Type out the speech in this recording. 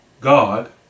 God